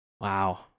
Wow